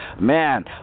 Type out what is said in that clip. Man